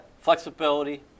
flexibility